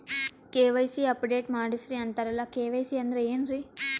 KYC update ಮಾಡಸ್ರೀ ಅಂತರಲ್ಲ KYC ಅಂದ್ರ ಏನ್ರೀ?